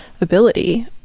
ability